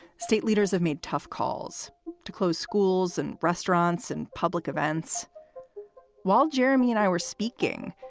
state leaders have made tough calls to close schools and restaurants and public events while jeremy and i were speaking.